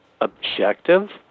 objective